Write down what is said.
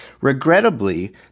Regrettably